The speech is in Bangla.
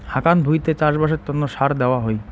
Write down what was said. হাকান ভুঁইতে চাষবাসের তন্ন সার দেওয়া হই